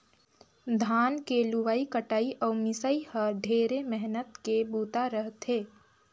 धान के लुवई कटई अउ मिंसई ह ढेरे मेहनत के बूता रह थे